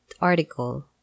article